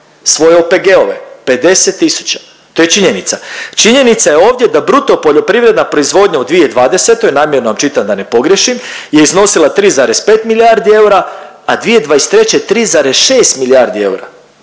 svoje OPG-ove 50 tisuća. To je činjenica. Činjenica je ovdje da bruto poljoprivredna proizvodnja u 2020. namjerno vam čitam da ne pogriješim je iznosila 3,5 milijardi eura, a 2023. 3,6 milijardi eura.